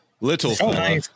little